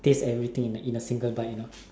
taste everything in a single bite you know